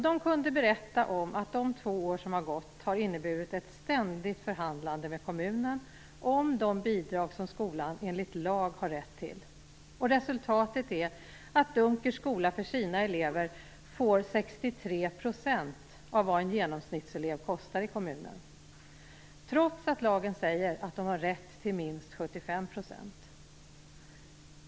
De kunde berätta om att de två år som har gått har inneburit ett ständigt förhandlande med kommunen om de bidrag som skolan enligt lag har rätt till. Resultatet är att Dunkers skola för sina elever får 63 % av vad en genomsnittselev kostar i kommunen, trots att lagen säger att de har rätt till minst 75 %.